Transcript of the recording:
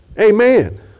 Amen